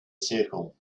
circle